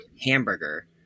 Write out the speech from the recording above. hamburger